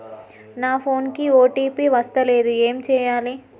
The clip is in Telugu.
నా ఫోన్ కి ఓ.టీ.పి వస్తలేదు ఏం చేయాలే?